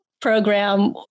program